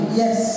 yes